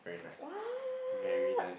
what